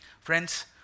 Friends